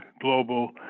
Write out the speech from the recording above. global